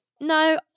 no